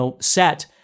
set